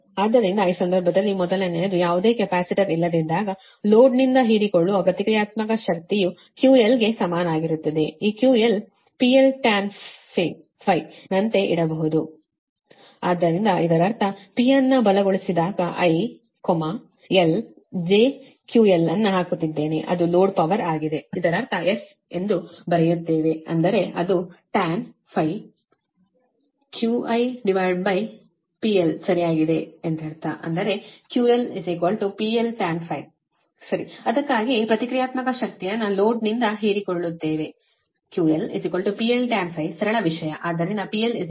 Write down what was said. ಆದ್ದರಿಂದ ಈ ಸಂದರ್ಭದಲ್ಲಿ ಮೊದಲನೆಯದು ಯಾವುದೇ ಕೆಪಾಸಿಟರ್ ಇಲ್ಲದಿದ್ದಾಗ ಲೋಡ್ನಿಂದ ಹೀರಿಕೊಳ್ಳುವ ಪ್ರತಿಕ್ರಿಯಾತ್ಮಕ ಶಕ್ತಿಯು QL ಗೆ ಸಮನಾಗಿರುತ್ತದೆ ಈ QL PL Tan ನಂತೆ ಇಡಬಹುದು ಆದ್ದರಿಂದ ಇದರರ್ಥ P ಅನ್ನು ಬಲಗೊಳಿಸಿದಾಗ I L j QL ಅನ್ನು ಹಾಕುತ್ತಿದ್ದೇನೆ ಅದು ಲೋಡ್ ಪವರ್ ಆಗಿದೆ ಇದರರ್ಥ S ಎಂದು ಬರೆಯುತ್ತೇವೆ ಎಂದರೆ ಅದು TanφQLpL ಸರಿಯಾಗಿದೆ ಎಂದರ್ಥ ಅಂದರೆ QL PL Tan ಸರಿ ಅದಕ್ಕಾಗಿಯೇ ಪ್ರತಿಕ್ರಿಯಾತ್ಮಕ ಶಕ್ತಿಯನ್ನು ಲೋಡ್ನಿಂದ ಹೀರಿಕೊಳ್ಳುತ್ತೇವೆ QL PL Tan ಸರಳ ವಿಷಯ